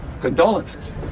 condolences